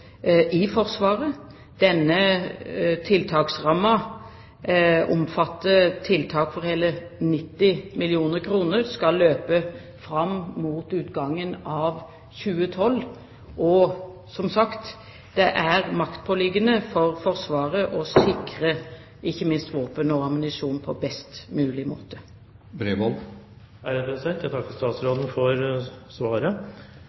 i Forsvaret. Denne tiltaksrammen omfatter tiltak for hele 90 mill. kr og skal løpe fram mot utgangen av 2012. Som sagt er det maktpåliggende for Forsvaret å sikre ikke minst våpen og ammunisjon på best mulig måte. Jeg takker statsråden for svaret.